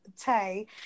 Tay